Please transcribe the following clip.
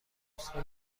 نسخه